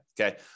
okay